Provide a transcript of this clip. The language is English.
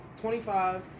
25